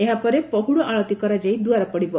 ଏହାପରେ ପହୁଡ଼ ଆଳତି କରାଯାଇ ଦୁଆର ପଡ଼ିବ